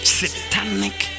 satanic